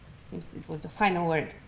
seems it was the final word.